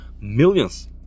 millions